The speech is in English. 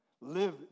live